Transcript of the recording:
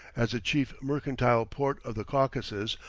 as the chief mercantile port of the caucasus,